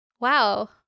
Wow